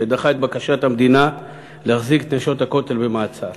שדחה את בקשת המדינה להחזיק את "נשות הכותל" במעצר